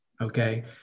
Okay